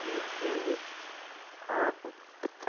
কৃত্রিম হ্রদ